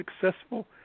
successful